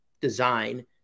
design